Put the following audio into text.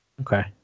Okay